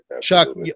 Chuck